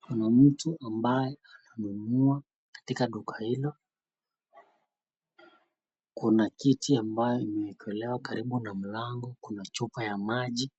kuna mtu ambaye ananunua katika duka hilo, kuna kiti ambayo imeekelewa karibu na mlango kuna chupa ya maji.